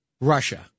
Russia